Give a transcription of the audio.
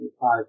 five